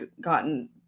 gotten